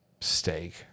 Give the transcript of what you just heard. Steak